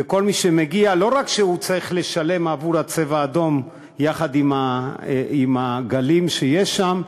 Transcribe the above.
וכל מי שמגיע לא רק שצריך לשלם עבור ה"צבע אדום" יחד עם הגלים שיש שם,